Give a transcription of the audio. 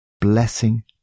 Blessing